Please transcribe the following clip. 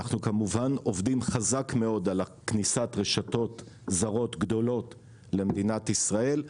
אנחנו כמובן עובדים חזק מאוד על כניסת רשתות זרות גדולות למדינת ישראל,